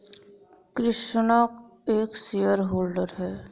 कृष्णा एक shareholder है